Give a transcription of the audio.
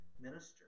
minister